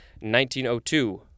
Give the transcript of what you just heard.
1902